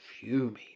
fuming